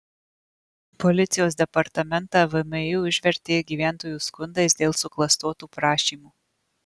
policijos departamentą vmi užvertė gyventojų skundais dėl suklastotų prašymų